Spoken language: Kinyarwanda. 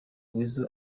weasel